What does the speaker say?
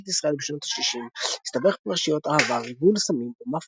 את ישראל בשנות השישים הסתבך בפרשיות אהבה ריגול סמים ומאפיה.